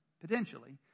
Potentially